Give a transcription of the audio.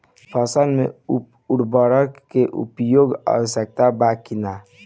फसल में उर्वरक के उपयोग आवश्यक बा कि न?